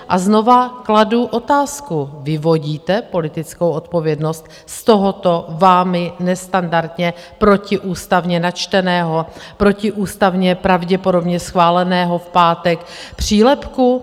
A znova kladu otázku: Vyvodíte politickou odpovědnost z tohoto vámi nestandardně protiústavně načteného, protiústavně pravděpodobně v pátek schváleného přílepku?